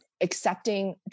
accepting